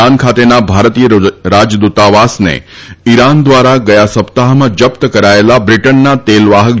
Iran ખાતેના ભારતીય રાજદુતાવાસને ઈરાન દ્વારા ગયા સપ્તાહમાં જપ્ત કરાયેલા બ્રિટનના તેલવાહક